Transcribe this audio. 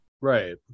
Right